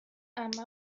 عمه